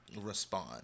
Respond